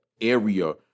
area